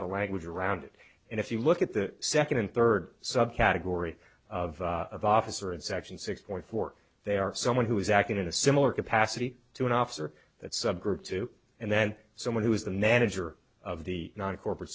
the language around it and if you look at the second and third subcategory of of officer in section six point four they are someone who is acting in a similar capacity to an officer that subgroup to and then someone who is the manager of the non corporate